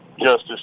justice